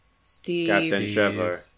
Steve